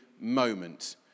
moment